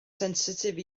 sensitif